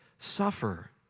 suffer